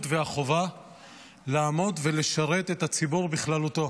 והחובה לעמוד ולשרת את הציבור בכללותו.